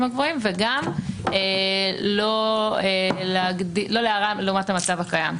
הגבוהים וגם לא להרע לעומת המצב הקיים.